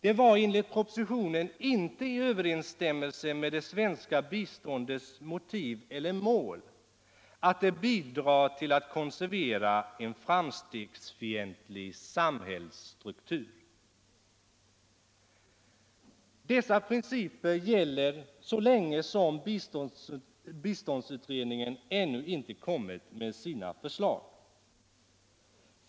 Enligt propositionen står det inte i överensstämmelse med det svenska biståndets motiv eller mål att det bidrar till att konstruera en framstegsfientlig samhällsstruktur. Dessa principer gäller så länge som biståndsutredningen ännu inte kommit med sina förslag.